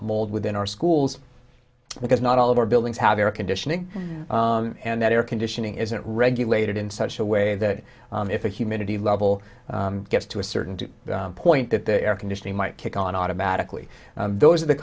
mold within our schools because not all of our buildings have air conditioning and that air conditioning isn't regulated in such a way that if the humidity level gets to a certain to a point that the air conditioning might kick on automatically those are the